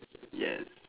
yes